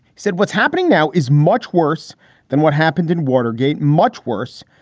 said what's happening now is much worse than what happened in watergate. much worse.